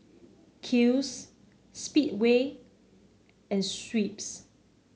Kiehl's Speedway and Schweppes